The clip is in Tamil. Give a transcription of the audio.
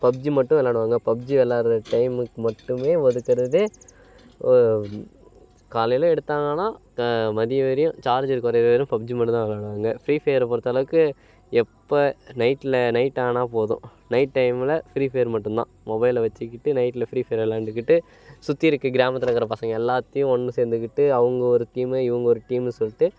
பப்ஜி மட்டும் விளாடுவாங்க பப்ஜி விளாட்ற டைமுக்கு மட்டுமே ஒதுக்கிறதே காலையில் எடுத்தாங்கன்னா மதியம் வரையும் சார்ஜர் குறையிர வரையும் பப்ஜி மட்டும் தான் விளாடுவாங்க ஃப்ரீ ஃபயரை பொறுத்தளவுக்கு எப்போ நைட்டில் நைட்டானா போதும் நைட் டைமில் ஃப்ரீ ஃபயர் மட்டும் தான் மொபைலை வச்சிக்கிட்டு நைட்டில் ஃப்ரீ ஃபயர் விளாண்டுக்கிட்டு சுற்றி இருக்கற கிராமத்தில் இருக்கிற பசங்க எல்லாத்தையும் ஒன்று சேர்ந்துக்கிட்டு அவங்க ஒரு டீமு இவங்க ஒரு டீமுன்னு சொல்லிகிட்டு